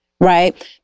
right